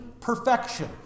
perfection